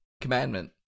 Commandment